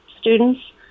students